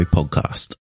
Podcast